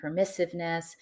permissiveness